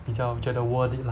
比较觉得 worth it lah